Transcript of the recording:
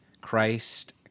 Christ